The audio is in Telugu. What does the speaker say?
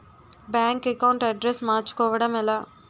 బ్యాంక్ అకౌంట్ అడ్రెస్ మార్చుకోవడం ఎలా?